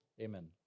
amen